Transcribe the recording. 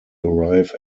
arrive